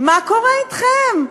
מה קורה אתכם?